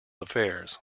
affairs